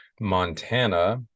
montana